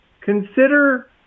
consider